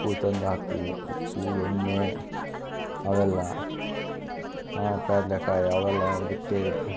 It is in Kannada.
ಉಪ್ಪು ತಂದು ಹಾಕ್ತೀವಿ ಉಪ್ಪು ಎಣ್ಣೆ ಅವೆಲ್ಲ ಪೇರ್ಲೆ ಕಾಯಿ ಅವೆಲ್ಲ ಇದಕ್ಕೆ